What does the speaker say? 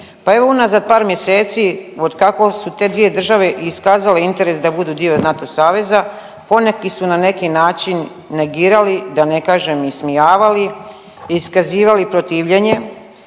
Pa evo, unazad par mjeseci otkako su te dvije države iskazale interes da budu dio NATO saveza, poneki su na neki način negirali, da ne kažem ismijavali, iskazivali protivljenje